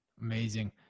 Amazing